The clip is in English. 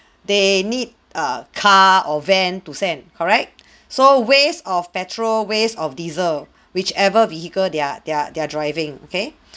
they need a car or van to send correct so waste of petrol waste of diesel whichever vehicle they're they're they're driving okay